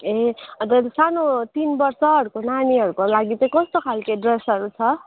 ए हजुर सानो तिन वर्षहरूको नानीहरूको लागि चाहिँ कस्तो खालको ड्रेसहरू छ